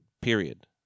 period